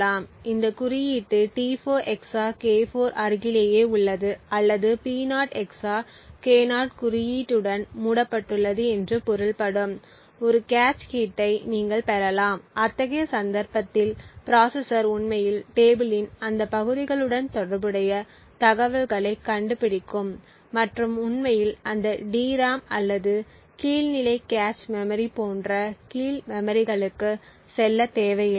இந்த குறியீட்டு T4 XOR K4 அருகிலேயே உள்ளது அல்லது P0 XOR K0 குறியீட்டுடன் மூடப்பட்டுள்ளது என்று பொருள்படும் ஒரு கேச் ஹிட்டை நீங்கள் பெறலாம் அத்தகைய சந்தர்ப்பத்தில் ப்ராசசர் உண்மையில் டேபிளின் அந்த பகுதிகளுடன் தொடர்புடைய தகவல்களைக் கண்டுபிடிக்கும் மற்றும் உண்மையில் அந்த டிராம் அல்லது கீழ் நிலை கேச் மெமரி போன்ற கீழ் மெமரிகளுக்கு செல்ல தேவையில்லை